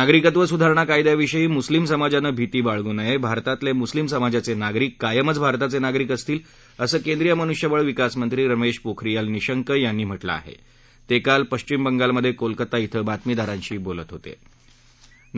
नागरिकत्व सुधारणा कायद्याविषयी मुस्लीम समाजानं भिती बाळगू नयाचिरतातलचिस्लीम समाजाचजिगरिक कायमच भारताचजिगरिक असतील असं केंद्रीय मनुष्यवळ विकासमंत्री रमध्येपोखरीयाल निशंक यांनी म्हटलं आह विकाल पश्विम बंगालमध्यक्रीलकता इथं बातमीदारांशी बोलत होत